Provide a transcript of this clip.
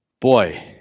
boy